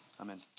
Amen